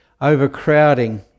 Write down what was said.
overcrowding